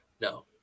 No